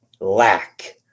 lack